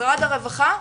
למשרד הרווחה,